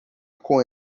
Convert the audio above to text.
com